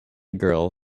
girl